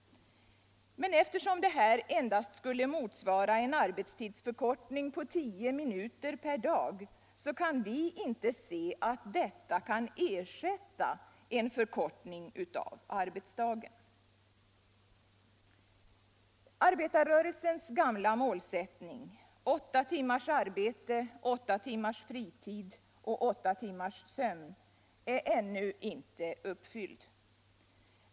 Men eftersom det skulle motsvara en arbetstidsförkortning på endast tio minuter per dag, kan vi inte se att detta kan ersätta en förkortning av arbetsdagen. Arbetarrörelsens gamla målsättning om åtta timmars arbetsdag, åtta timmars frihet och åtta timmars sömn är ännu inte uppfylld.